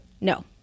No